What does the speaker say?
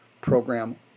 program